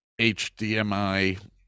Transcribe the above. HDMI